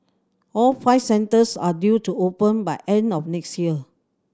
all five centres are due to open by end of next year